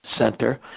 Center